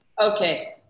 Okay